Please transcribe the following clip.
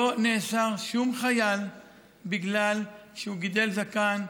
לא נאסר שום חייל בגלל שהוא גידל זקן.